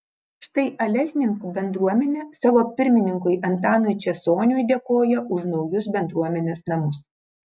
štai alesninkų bendruomenė savo pirmininkui antanui česoniui dėkoja už naujus bendruomenės namus